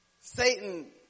Satan